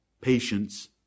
patience